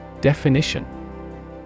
Definition